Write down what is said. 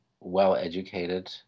well-educated